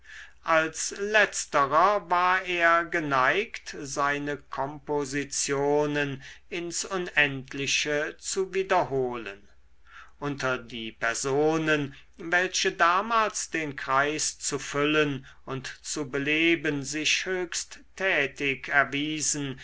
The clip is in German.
als letzterer war er geneigt seine kompositionen ins unendliche zu wiederholen unter die personen welche damals den kreis zu füllen und zu beleben sich höchst tätig erwiesen